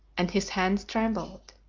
and his hands trembled.